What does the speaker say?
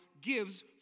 gives